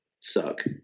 suck